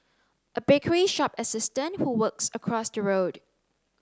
a bakery shop assistant who works across the road